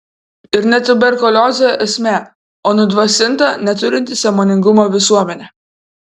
ir ne tuberkuliozė esmė o nudvasinta neturinti sąmoningumo visuomenė